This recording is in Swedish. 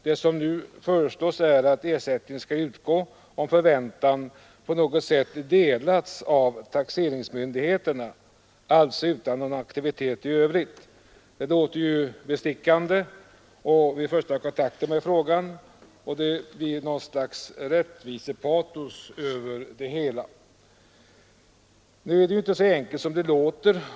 Det som nu föreslås är att ersättning skall utgå om förväntan på något sätt delats av taxeringsmyndigheterna — alltså utan någon aktivitet i övrigt. Det låter ju bestickande vid första kontakten med frågan — det blir något slags rättvisepatos över det hela. Nu är det ju inte så enkelt som det låter.